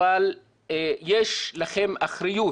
אבל יש לכם אחריות